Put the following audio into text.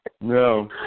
No